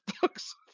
books